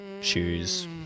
shoes